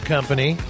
Company